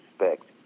respect